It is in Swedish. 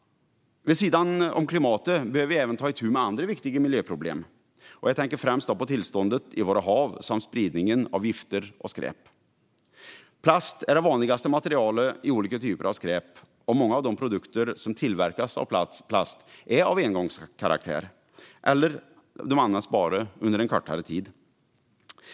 Vid sidan om klimatet behöver vi ta itu med andra viktiga miljöproblem. Jag tänker främst på tillståndet i våra hav samt spridningen av gifter och skräp. Plast är det vanligaste materialet i olika typer av skräp. Många av de produkter som tillverkas av plast är av engångskaraktär eller används bara under en kortare tid.